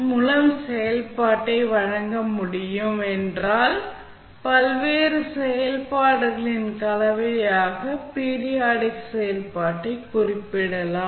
மூலம் செயல்பாட்டை வழங்க முடியும் என்றால் பல்வேறு செயல்பாடுகளின் கலவையாக பீரியாடிக் செயல்பாட்டை குறிப்பிடலாம்